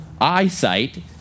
eyesight